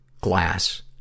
glass